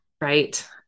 Right